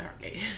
Okay